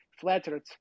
flattered